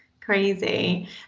Crazy